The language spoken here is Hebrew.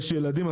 יש ילדים.